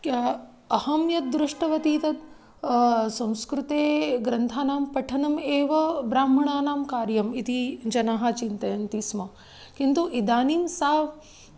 क्य अहं यद्दृष्टवती तत् संस्कृते ग्रन्थानां पठनम् एव ब्राह्मणानां कार्यम् इति जनाः चिन्तयन्ति स्म किन्तु इदानीं सा